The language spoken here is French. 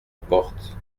porte